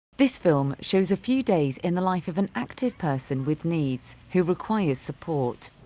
this film shows a few days in the life of an active person with needs who requires support.